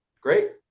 Great